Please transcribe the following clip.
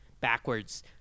backwards